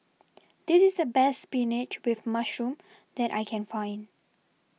This IS The Best Spinach with Mushroom that I Can Find